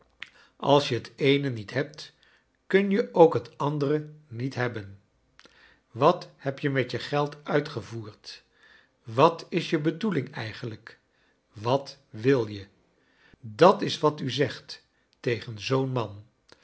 als je t eene niet hebt kun je ook het andere niet hebben wat heb je met je geld uitgevoerd wat is je bedoeling eigenlijk wat wil je dat is wat u zegt tegen zoo n man